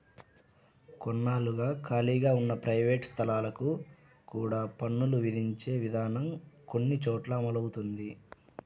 కొన్నాళ్లుగా ఖాళీగా ఉన్న ప్రైవేట్ స్థలాలకు కూడా పన్నులు విధించే విధానం కొన్ని చోట్ల అమలవుతోంది